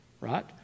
right